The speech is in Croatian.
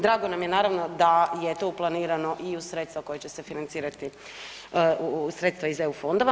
Drago nam je naravno da je to uplanirano i u sredstva koja će se financirati, sredstva iz EU fondova.